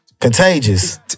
contagious